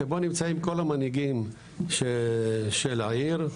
שבו נמצאים כל המנהיגים של העיר,